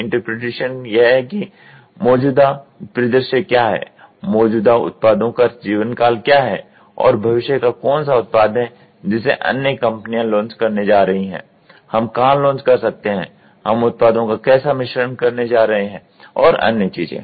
interpretation यह है कि मौजूदा परिदृश्य क्या है मौजूदा उत्पादों का जीवनकाल क्या है और भविष्य का कौन सा उत्पाद है जिसे अन्य कंपनियां लॉन्च करने जा रही हैं हम कहां लॉन्च कर सकते हैं हम उत्पादों का कैसा मिश्रण करने जा रहे हैं और अन्य चीजें